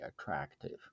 attractive